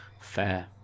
Fair